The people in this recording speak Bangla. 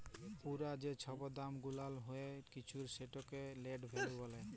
পুরা যে ছব দাম গুলাল হ্যয় কিছুর সেটকে লেট ভ্যালু ব্যলে